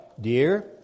Dear